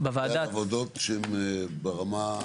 זה עבודות שהן ברמה?